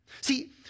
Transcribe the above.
See